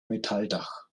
metalldach